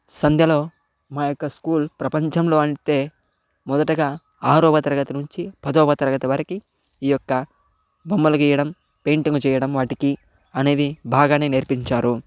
సంధ్యలో మా యొక్క స్కూల్ ప్రపంచంలో అంటే మొదటగా ఆరవ తరగతి నుంచి పదవ తరగతి వరకు ఈ యొక్క బొమ్మల గీయడం పెయింటింగ్ చేయడం వాటికి అనేవి బాగానే నేర్పించారు